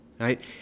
right